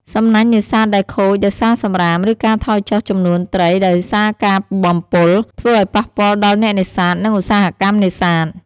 សំណាញ់នេសាទដែលខូចដោយសារសំរាម ឬការថយចុះចំនួនត្រីដោយសារការបំពុល ធ្វើឱ្យប៉ះពាល់ដល់អ្នកនេសាទ និងឧស្សាហកម្មនេសាទ។